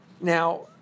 Now